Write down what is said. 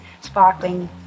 sparkling